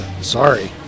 Sorry